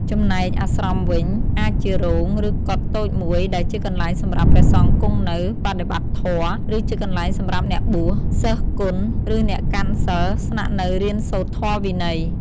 ចំណែកអាស្រមវិញ អាចជារោង ឬកុដិតូចមួយដែលជាកន្លែងសម្រាប់ ព្រះសង្ឃគង់នៅ បដិបត្តិធម៌ ឬជាកន្លែងសម្រាប់អ្នកបួស សិស្សគណ ឬអ្នកកាន់សីលស្នាក់នៅរៀនសូត្រធម៌វិន័យ។